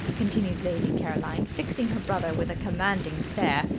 continued lady caroline, fixing her brother with a commanding stare,